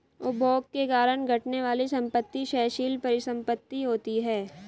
उपभोग के कारण घटने वाली संपत्ति क्षयशील परिसंपत्ति होती हैं